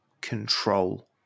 control